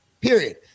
Period